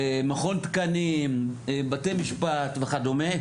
מכון תקנים, בתי משפט וכו'.